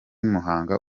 muhanga